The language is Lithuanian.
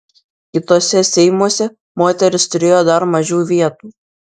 kituose seimuose moterys turėjo dar mažiau vietų